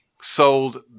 sold